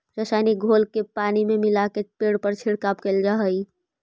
रसायनिक घोल के पानी में मिलाके पेड़ पर छिड़काव कैल जा हई